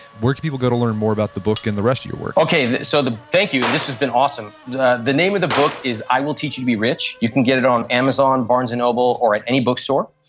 where can people go to learn more about the book and the rest of your work? okay. so thank you and this has been awesome. the the name of the book is i will teach you to be rich. you can get it on amazon, barnes and noble or at any book store.